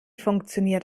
funktioniert